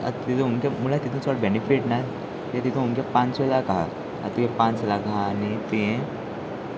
आतां तेतून अमके म्हळ्यार तितून चड बेनिफीट ना ते तितून हमके पांचशे लाक आसा आतां तुगे पांच लाख आसा आनी तुवें